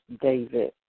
David